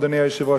אדוני היושב-ראש.